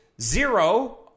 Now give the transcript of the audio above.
zero